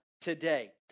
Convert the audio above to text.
today